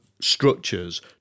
structures